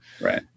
right